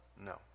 No